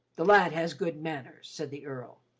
the lad has good manners, said the earl.